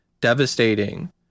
devastating